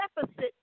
deficit